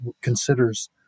considers